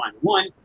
One